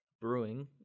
brewing